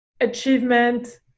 achievement